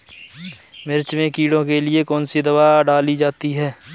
मिर्च में कीड़ों के लिए कौनसी दावा डाली जाती है?